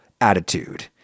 attitude